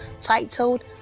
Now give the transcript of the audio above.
titled